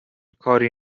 کاری